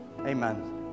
Amen